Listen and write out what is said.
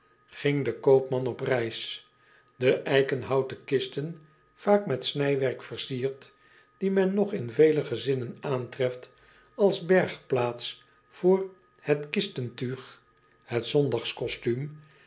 ging de koopman op reis e eikenhouten kisten vaak met snijwerk versierd die men nog in vele gezinnen aantreft als bergplaats voor het kistentuug het